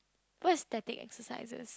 what is static exercises